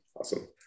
Awesome